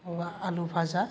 नङाबा आलु भाजा